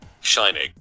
Shining